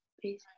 please